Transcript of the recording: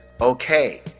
Okay